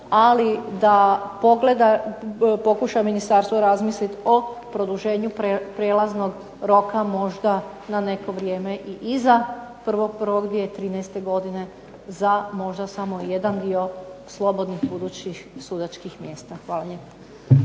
ali da pokušaju u ministarstvu razmisliti o produženju prelaznog roka možda na neko vrijeme i iza 01.01.2013. godine za možda samo jedan dio slobodnih budućih sudačkih mjesta. Hvala lijepa.